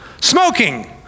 smoking